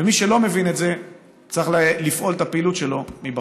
ומי שלא מבין את זה צריך לפעול את הפעילות שלו מבחוץ.